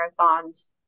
marathons